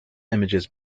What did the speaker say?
images